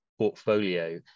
portfolio